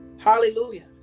hallelujah